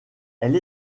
elle